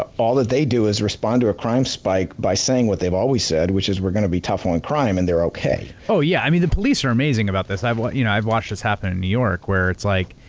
but all that they do is respond to a crime spike by saying what they've always said, which is, we're gonna be tough on crime. and they're okay. oh, yeah. i mean, the police are amazing about this. i've you know watched this happen in new york where it's like,